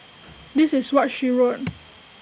this is what she wrote